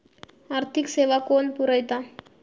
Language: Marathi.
आर्थिक सेवा कोण पुरयता?